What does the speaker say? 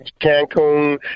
Cancun